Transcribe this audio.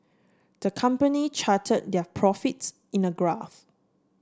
the company chart their profits in a graph